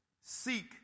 seek